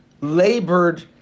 labored